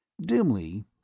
Dimly